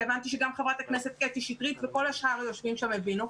והבנתי שגם חברת הכנסת קטי שטרית וכל שאר היושבים שם הבינו,